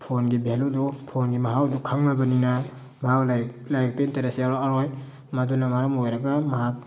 ꯐꯣꯟꯒꯤ ꯚꯦꯂꯨꯗꯨ ꯐꯣꯟꯒꯤ ꯃꯍꯥꯎꯗꯨ ꯈꯪꯉꯕꯅꯤꯅ ꯃꯍꯥꯛ ꯂꯥꯏꯔꯤꯛ ꯂꯥꯏꯔꯤꯛꯇ ꯏꯟꯇꯔꯦꯁ ꯌꯥꯎꯔꯛꯑꯔꯣꯏ ꯃꯗꯨꯅ ꯃꯔꯝ ꯑꯣꯏꯔꯒ ꯃꯍꯥꯛ